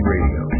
Radio